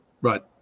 Right